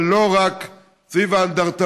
אבל לא רק סביב האנדרטאות,